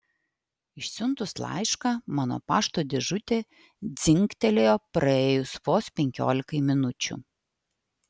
išsiuntus laišką mano pašto dėžutė dzingtelėjo praėjus vos penkiolikai minučių